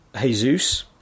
Jesus